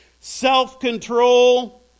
self-control